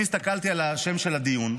אני הסתכלתי על השם של הדיון,